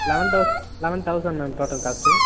eleven thousand eleven thousand ma'am total cost